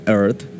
earth